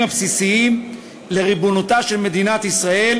הבסיסיים לריבונותה של מדינת ישראל,